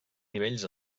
nivells